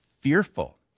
fearful